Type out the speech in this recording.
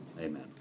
Amen